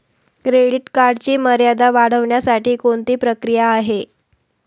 Credit कार्डची मर्यादा वाढवण्यासाठी कोणती प्रक्रिया आहे?